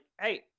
hey